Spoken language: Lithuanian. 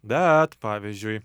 bet pavyzdžiui